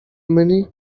money